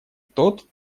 тот